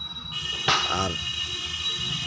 ᱟᱨ